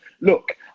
Look